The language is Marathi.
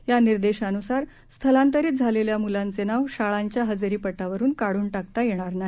या निर्देशानुसार स्थलांतरित झालेल्या मुलांचे नाव शाळांना हजेरी पटावरून काढून टाकता येणार नाही